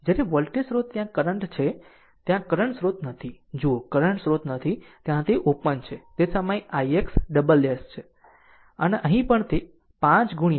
જ્યારે વોલ્ટેજ સ્રોત ત્યાં કરંટ છે ત્યાં કરંટ સ્રોત નથી જુઓ કરંટ સ્રોત નથી ત્યાં તે ઓપન છે તે સમયે તે ix " છે અને અહીં પણ તે r 5 ix " છે